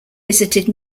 visited